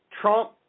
Trump